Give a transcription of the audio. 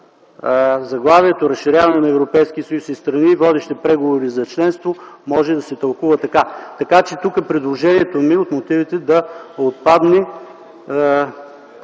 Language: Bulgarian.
заглавието „Разширяване на Европейския съюз и страни, водещи преговори за членство”, може да се тълкува така. Така че тук предложението ми е от мотивите да отпадне